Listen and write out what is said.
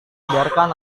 biarkan